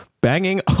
banging